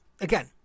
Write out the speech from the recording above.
again